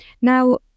Now